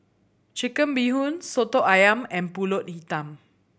Chicken Bee Hoon Soto Ayam and Pulut Hitam